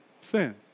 sin